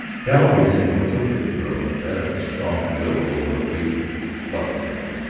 galloway's influence over the girl, that of a strong will over a weak and fluttering one,